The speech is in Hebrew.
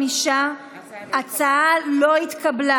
ההצעה לא התקבלה.